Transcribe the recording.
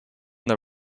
the